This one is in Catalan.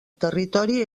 territori